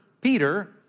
Peter